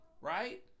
right